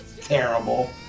terrible